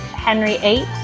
henry eight,